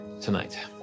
tonight